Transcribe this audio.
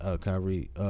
Kyrie